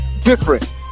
different